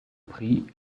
prie